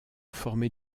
formé